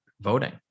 voting